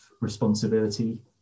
responsibility